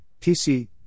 PC